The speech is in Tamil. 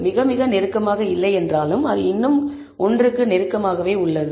மிக மிக நெருக்கமாக இல்லை என்றாலும் அது இன்னும் 1 க்கு நெருக்கமாகவே உள்ளது